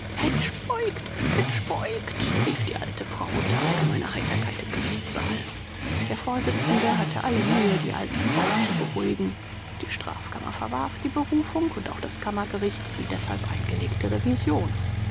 spoikt rief die alte frau unter allgemeiner heiterkeit im gerichtssaal der vorsitzende hatte alle mühe die alte frau zu beruhigen die strafkammer verwarf die berufung und auch das kammergericht die deshalb eingelegte revision